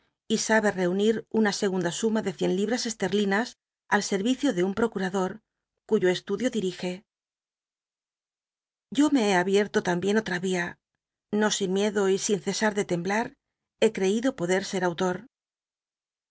y sa be t'c unit una segunda suma de cien libta c tcrlinas al serricio de un ptocurador cuyo etudio dirige yo me he abictlo lamhicn olta ia no sin miedo y in cesar de tembla he ctcido ppde ser autor